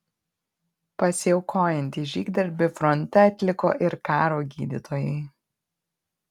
pasiaukojantį žygdarbį fronte atliko ir karo gydytojai